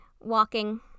walking